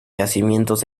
yacimientos